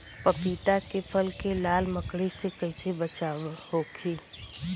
पपीता के फल के लाल मकड़ी से कइसे बचाव होखि?